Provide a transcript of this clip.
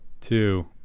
two